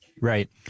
Right